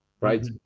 right